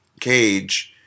Cage –